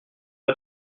pas